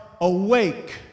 awake